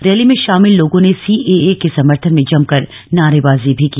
rally में भाामिल लोगों ने सीएए समर्थन में जमकर नारेबाजी भी की